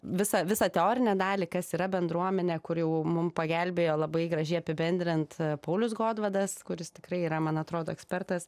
visą visą teorinę dalį kas yra bendruomenė kuri jau mum pagelbėjo labai gražiai apibendrint paulius godvadas kuris tikrai yra man atrodo ekspertas